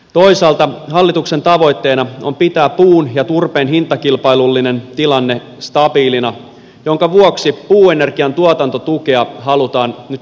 toisaalta hallituksen tavoitteena on pitää puun ja turpeen hintakilpailullinen tilanne stabiilina minkä vuoksi puuenergian tuotantotukea halutaan nyt leikata